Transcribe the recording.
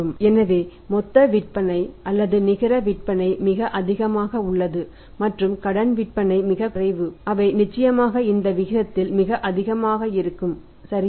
எனவே மொத்த விற்பனை அல்லது நிகர விற்பனை மிக அதிகமாக உள்ளது மற்றும் கடன் விற்பனை மிகக் குறைவு அவை நிச்சயமாக இந்த விகிதத்தில் மிக அதிகமாக இருக்கும் சரியா